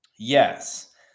Yes